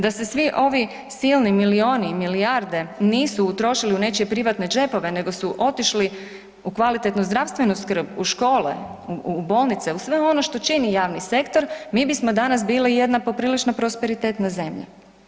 Da se svi ovi silni milijuni i milijarde nisu utrošili u nečije privatne džepove nego su otišli u kvalitetnu zdravstvenu skrb, u škole, u bolnice, u sve ono što čini javni sektor, mi bismo danas bili jedna poprilično prosperitetna zemlja.